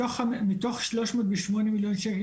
מתוך שלוש מאות ושמונה מיליון שקל,